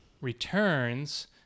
returns